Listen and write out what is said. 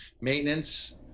maintenance